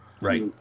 Right